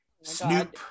snoop